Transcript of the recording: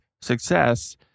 success